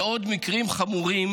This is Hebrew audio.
ועוד מקרים חמורים,